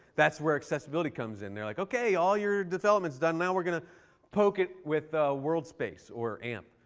that's where accessibility comes in. they're like, ok, all your development is done. now we're going to poke it with worldspace or amp.